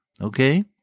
okay